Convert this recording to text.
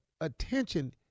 attention